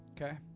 okay